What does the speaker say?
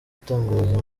igitangaza